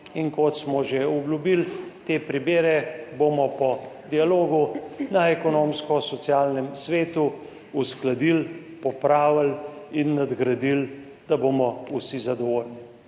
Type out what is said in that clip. in kot smo že obljubili, bomo te primere po dialogu na Ekonomsko-socialnem svetu uskladili, popravili in nadgradili, da bomo vsi zadovoljni.